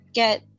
get